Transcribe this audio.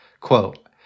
Quote